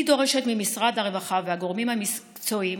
אני דורשת ממשרד הרווחה והגורמים המקצועיים